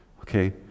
Okay